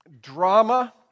drama